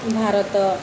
Bharat